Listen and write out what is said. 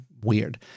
weird